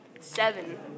Seven